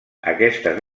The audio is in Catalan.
aquestes